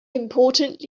important